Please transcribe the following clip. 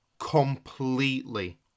Completely